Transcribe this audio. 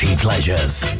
pleasures